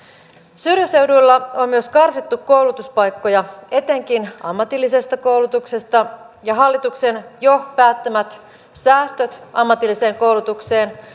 syrjäseuduilla on myös karsittu koulutuspaikkoja etenkin ammatillisesta koulutuksesta ja hallituksen jo päättämät säästöt ammatilliseen koulutukseen